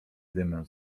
dymem